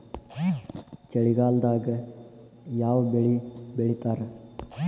ಚಳಿಗಾಲದಾಗ್ ಯಾವ್ ಬೆಳಿ ಬೆಳಿತಾರ?